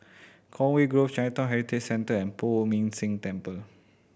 Conway Grove Chinatown Heritage Centre and Poh Ming Tse Temple